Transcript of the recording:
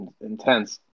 intense